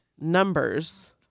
numbers